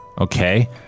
Okay